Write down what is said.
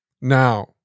Now